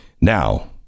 Now